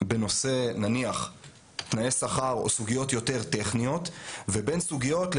בנושא נניח תנאי שכר או סוגיות יותר טכניות לבין סוגיות של